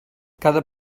cada